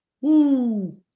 Woo